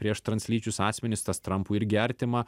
prieš translyčius asmenis tas trampui irgi artima